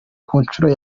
kunshuro